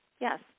yes